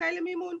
זכאי למימון?